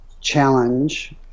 challenge